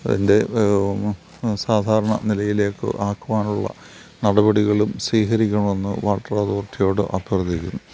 അതിൻ്റെ സാധാരണ നിലയിലേക്ക് ആക്കുവാനുള്ള നടപടികളും സ്വീകരിക്കണമെന്ന് വാട്ടർ അതോറിറ്റിയോട് അഭ്യർത്ഥിക്കുന്നു